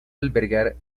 albergar